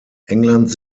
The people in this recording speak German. englands